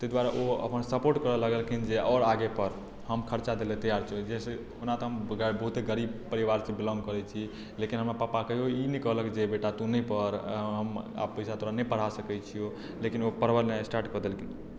ताहि दुआरे ओ अपन सपोर्ट करऽ लगलखिन जे आओर आगे पढ़ हम खर्चा दै ले तैयार छियौ जाहि सँ ओना तऽ हम बहुते गरीब परिवारसँ बिलोंग करै छी लेकिन हमरा पापा कहियो ई नहि कहलक जे बेटा नहि पढ़ हम तोरा पैसा आब नहि पढ़ा सकै छियौ लेकिन ओ पढेनाय स्टार्ट कऽ देलखिन